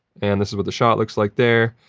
and, this is what the shot looks like there.